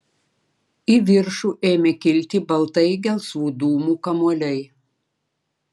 į viršų ėmė kilti baltai gelsvų dūmų kamuoliai